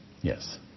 Yes